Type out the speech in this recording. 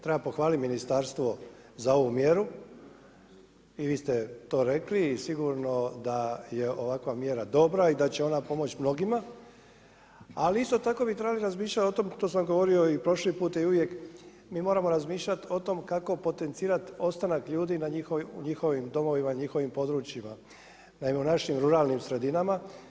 Treba pohvaliti ministarstvo za ovu mjeru i vi ste to rekli i sigurno da je ovakva mjera dobra i da će ona pomoć mnogima, ali isto tako bi trebali razmišljati o tome, to sam govorio i prošli puta i uvijek, mi moramo razmišljati o tom kako potencirati ostanak ljudi na njihovim domovima, njihovim područjima u našim ruralnim sredinama.